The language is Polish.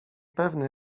pewny